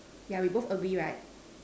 yeah we both agree right